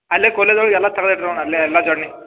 ಅಲ್ಲೆ ಕೊಲದ ಒಳಗೆ ಎಲ್ಲ ತೇಗದೈತೆ ನೋಡಿ ಅಲ್ಲೆ ಎಲ್ಲ ಜೊಡ್ನಿ